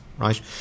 right